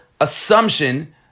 assumption